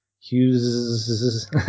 Hughes